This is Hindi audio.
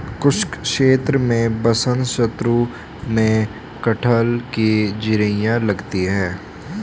शुष्क क्षेत्र में बसंत ऋतु में कटहल की जिरीयां लगती है